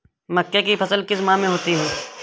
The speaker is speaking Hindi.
मक्के की फसल किस माह में होती है?